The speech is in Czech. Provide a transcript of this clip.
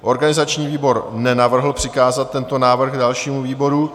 Organizační výbor nenavrhl přikázat tento návrh dalšímu výboru.